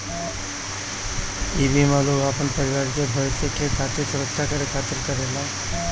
इ बीमा लोग अपना परिवार के भविष्य के सुरक्षित करे खातिर करेला